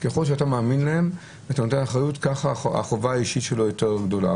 אתה מאמין בהם והחובה האישית שלהם יותר גדולה.